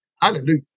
Hallelujah